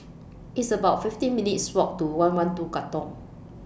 It's about fifteen minutes' Walk to one one two Katong